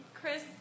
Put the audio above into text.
Chris